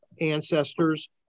ancestors